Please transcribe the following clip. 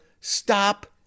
stop